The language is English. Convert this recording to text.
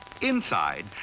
Inside